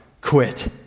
quit